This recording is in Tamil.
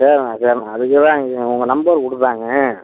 சரிம்மா சரிம்மா அதுக்குதான் உங்கள் நம்பர் கொடுத்தாங்க